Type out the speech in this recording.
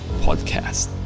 Podcast